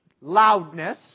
loudness